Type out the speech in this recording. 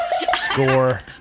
Score